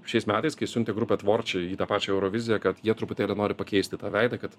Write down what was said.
šiais metais kai siuntė grupę tvorči į tą pačią euroviziją kad jie truputėlį nori pakeisti tą veidą kad